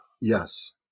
Yes